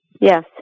Yes